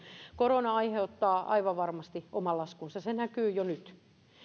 korona aiheuttaa aivan varmasti oman laskunsa se näkyy jo nyt